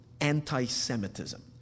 anti-Semitism